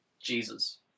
Jesus